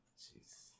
Jeez